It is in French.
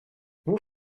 vous